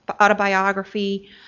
autobiography